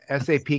SAP